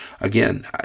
again